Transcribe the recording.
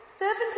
servant